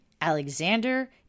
Alexander